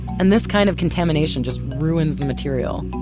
and this kind of contamination just ruins the material.